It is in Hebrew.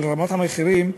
גם על רמת המחירים,